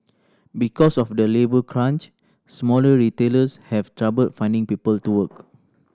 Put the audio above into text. because of the labour crunch smaller retailers have trouble finding people to work